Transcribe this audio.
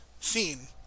scene